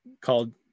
called